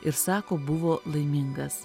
ir sako buvo laimingas